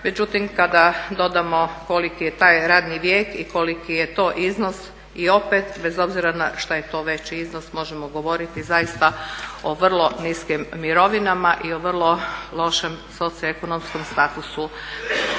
Međutim, kada dodamo koliki je taj radni vijek i koliki je to iznos i opet bez obzira na što je to veći iznos možemo govoriti zaista o vrlo niskim mirovinama i o vrlo lošem socioekonomskom statusu